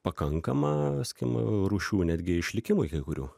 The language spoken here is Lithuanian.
pakankama skim rūšių netgi išlikimui kai kurių